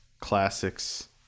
classics